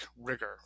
rigor